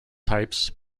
types